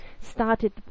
started